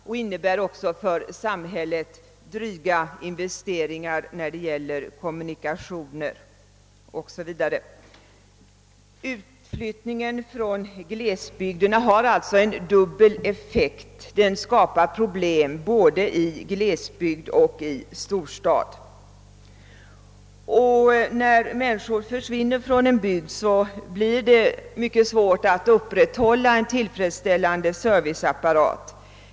— och innebär också för samhället dryga investeringar i kommunikationer 0. s. v. Utflyttningen från glesbygderna har alltså en dubbel effekt: den skapar problem både i glesbygd och i storstad. När människor överger en bygd blir det mycket svårt att upprätthålla en tillfredsställande serviceapparat.